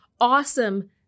awesome